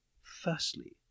Firstly